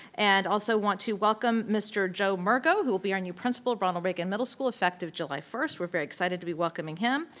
and also want to welcome mr. joe murgo who will be our new principal of ronald reagan middle school effective july first, we're very excited to be welcoming him.